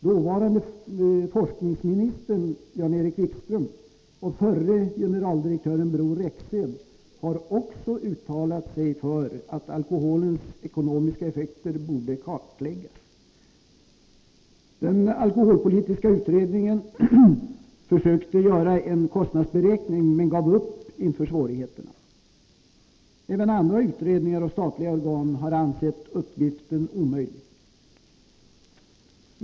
Dåvarande forskningsministern Jan-Erik Wikström och förre generaldirektören Bror Rexed har också uttalat sig för att alkoholens ekonomiska effekter borde kartläggas. Den alkoholpolitiska utredningen försökte göra en kostnadsberäkning men gav upp inför svårigheterna. Även andra utredningar och statliga organ har ansett uppgiften omöjlig.